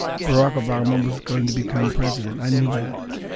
barack obama was going to become president. i knew that.